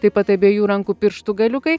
taip pat abiejų rankų pirštų galiukai